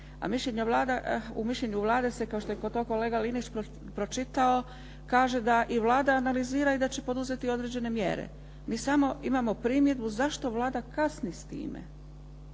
U mišljenju Vlade se, kao što je to kolega Linić pročitao, kaže da i Vlada analizira i da će poduzeti određene mjere. Mi samo imamo primjedbu zašto Vlada kasni s time.